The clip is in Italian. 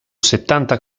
settanta